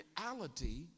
reality